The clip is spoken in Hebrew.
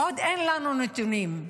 עוד אין לנו נתונים.